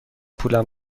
پولم